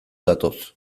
datoz